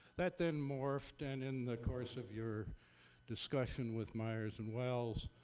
that then morphed, and in the course of your discussion with myers and wells,